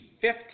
fifth